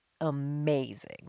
amazing